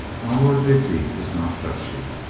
my lord digby was not touchy.